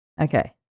Okay